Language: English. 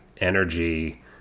energy